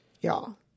Y'all